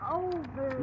over